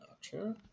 Sure